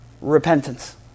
Repentance